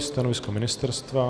Stanovisko ministerstva?